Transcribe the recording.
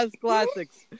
classics